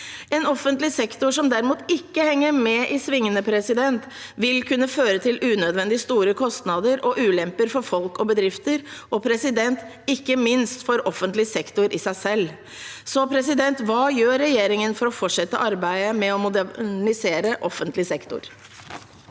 En offentlig sektor som derimot ikke henger med i svingene, vil kunne føre til unødvendig store kostnader og ulemper for folk og bedrifter – og ikke minst for offentlig sektor i seg selv. Så hva gjør regjeringen for å fortsette arbeidet med å modernisere offentlig sektor?